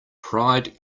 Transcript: pride